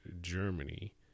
Germany